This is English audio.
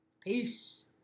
Peace